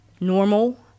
normal